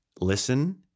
listen